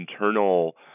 internal